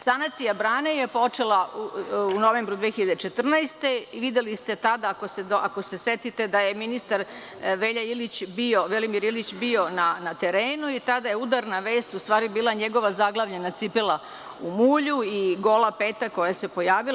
Sanacija brane je počela u novembru 2014. godine i videli ste tada ako se setite da je ministar Velimir Ilić bio na terenu i tada je udarna vest u stvari bila njegova zaglavljena cipela u mulju i gola peta koja se pojavila.